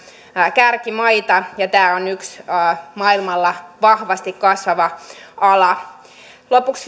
kärkimaita ja tämä on yksi maailmalla vahvasti kasvava ala lopuksi